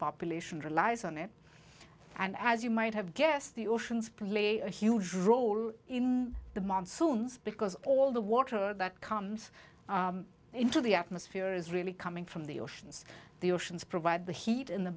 population relies on it and as you might have guessed the oceans play a huge role in the monsoons because all the water that comes into the atmosphere is really coming from the oceans the oceans provide the heat in the